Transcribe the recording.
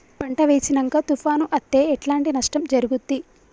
పంట వేసినంక తుఫాను అత్తే ఎట్లాంటి నష్టం జరుగుద్ది?